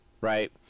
right